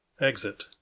Exit